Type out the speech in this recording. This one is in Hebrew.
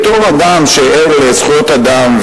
בתור אדם שער לזכויות אדם,